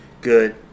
good